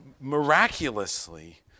miraculously